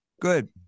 Good